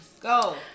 go